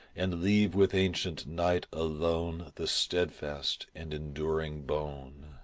and leave with ancient night alone the stedfast and enduring bone.